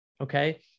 Okay